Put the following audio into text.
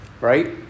Right